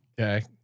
Okay